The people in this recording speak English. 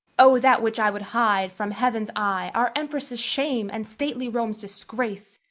o, that which i would hide from heaven's eye our empress' shame and stately rome's disgrace!